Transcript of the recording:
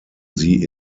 sie